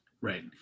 Right